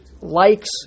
likes